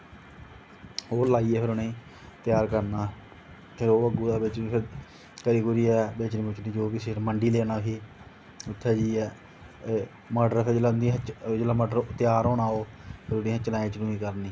ओह् लाइयै फिर उनेंगी त्यार करना अते ओह् करियै बेचना फिर मंडी लेना फिर उत्थें जाइयै मटर जेल्लै त्यार होना ओह् ओह्दी चुनाई करनी